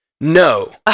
no